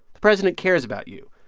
the president cares about you.